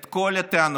את כל הטענות,